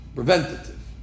Preventative